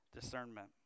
discernment